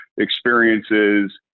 experiences